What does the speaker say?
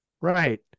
Right